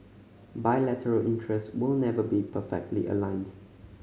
bilateral interest will never be perfectly aligned